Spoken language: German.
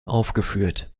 aufgeführt